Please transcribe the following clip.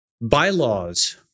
bylaws